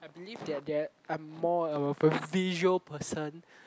I believe that that I'm more of a visual person